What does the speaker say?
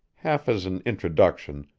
half as an introduction,